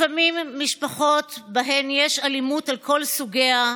לפעמים משפחות שיש בהן אלימות על כל סוגיה,